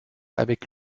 avec